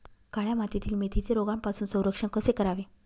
काळ्या मातीतील मेथीचे रोगापासून संरक्षण कसे करावे?